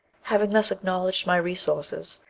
having thus acknowledged my resources,